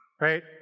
Right